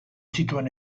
zituen